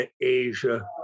Asia